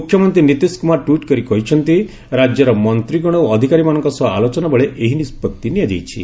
ମୁଖ୍ୟମନ୍ତ୍ରୀ ନୀତିଶ କୁମାର ଟ୍ୱିଟ୍ କରି କହିଛନ୍ତି ରାଜ୍ୟର ମନ୍ତ୍ରୀଗଣ ଓ ଅଧିକାରୀମାନଙ୍କ ସହ ଆଲୋଚନା ବେଳେ ଏହି ନିଷ୍ପତ୍ତି ନିଆଯାଇଛି